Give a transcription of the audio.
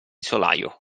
solaio